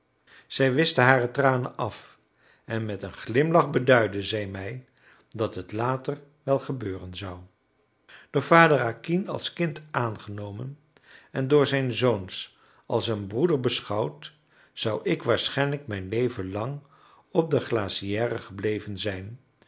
zij wischte hare tranen af en met een glimlach beduidde zij mij dat het later wel gebeuren zou door vader acquin als kind aangenomen en door zijn zoons als een broeder beschouwd zou ik waarschijnlijk mijn levenlang op de glacière gebleven zijn